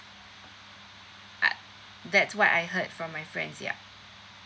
uh that's what I heard from my friends yeah